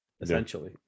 Essentially